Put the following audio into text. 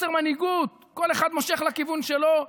בחוסר מנהיגות, כל אחד מושך לכיוון שלו,